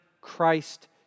Christ